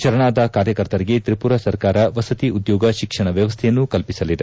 ಶರಣಾದ ಕಾರ್ಯಕರ್ತರಿಗೆ ತ್ರಿಪುರ ಸರ್ಕಾರ ವಸತಿ ಉದ್ಯೋಗ ಶಿಕ್ಷಣ ವ್ಯವಸ್ಥೆಯನ್ನು ಕಲ್ಪಿಸಲಿದೆ